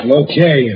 okay